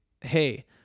hey